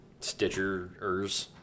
Stitchers